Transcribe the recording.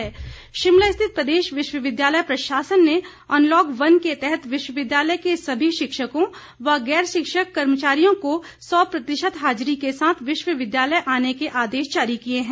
विश्वविद्यालय शिमला स्थित प्रदेश विश्वविद्यालय प्रशासन ने अनलॉक वन के तहत विश्वविद्यालय के सभी शिक्षकों व गैर शिक्षक कर्मचारियों को सौ प्रतिशत हाजरी के साथ विश्वविद्यालय आने के आदेश जारी किए है